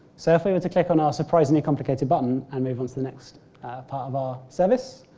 so if we were to click on our surprisingly complicated button and move on to the next part of our service,